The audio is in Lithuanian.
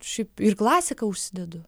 šiaip klasiką užsidedu